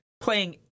Playing